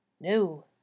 No